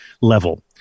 level